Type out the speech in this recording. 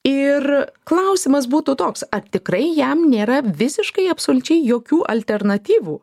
ir klausimas būtų toks ar tikrai jam nėra visiškai absoliučiai jokių alternatyvų